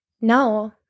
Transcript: no